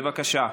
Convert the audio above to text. בבקשה.